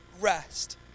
rest